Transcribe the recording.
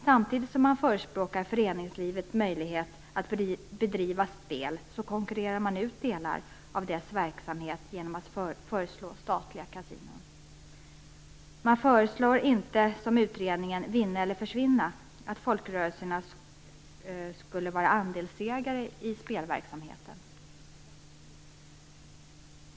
Samtidigt som man förespråkar föreningslivets möjlighet att bedriva spel konkurrerar man ut delar av dess verksamhet genom att föreslå statliga kasinon. Man föreslår inte, som utredningen i sitt betänkande Vinna eller försvinna? Folkrörelsernas lotterier och spel i framtiden, att folkrörelserna skulle vara andelsägare i spelverksamheten.